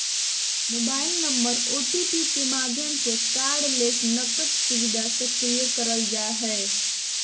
mobile number OTP के माध्यम से कार्डलेस नकद सुविधा सक्रिय करल जा हय